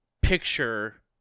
picture